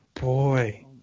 boy